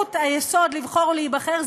בזכות היסוד לבחור ולהיבחר.